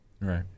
Right